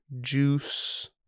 juice